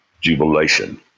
jubilation